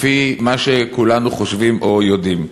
לפי מה שכולנו חושבים או יודעים.